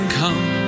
come